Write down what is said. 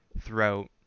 throughout